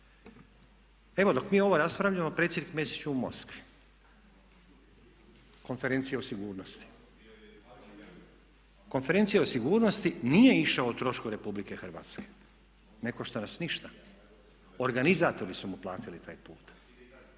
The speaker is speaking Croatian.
Evo dok mi ovo raspravljamo predsjednik Mesić je u Moskvi, konferencija o sigurnosti. Nije išao o trošku Republike Hrvatske, ne košta nas ništa, organizatori su mu platili taj put.